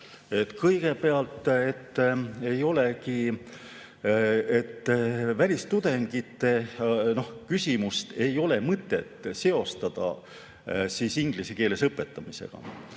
Kõigepealt ei ole välistudengite küsimust mõtet seostada inglise keeles õpetamisega.